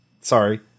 sorry